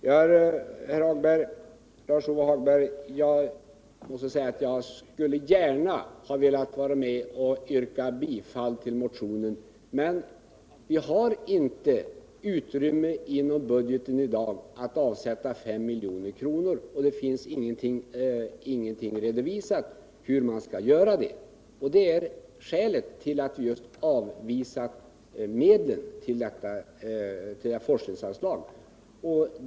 Jag måste säga, Lars-Ove Hagberg, att jag skulle gärna ha velat vara med om att yrka bifall till den aktuella motionen. Men vi har inte utrymme inom budgeten i dag att avsätta 5 milj.kr., och det finns inte redovisat hur man skulle göra det. Detta är skälet till att vi avvisat medlen till forskningsanslaget.